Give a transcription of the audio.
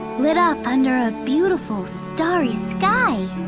lit up under a beautiful starry sky. ah.